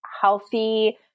healthy